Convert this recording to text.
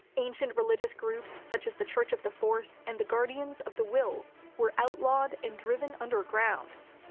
ancient religious groups such as the church of the force and the guardians of the whills were outlawed and driven underground.